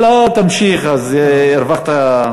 לא, תמשיך, הרווחת.